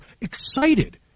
excited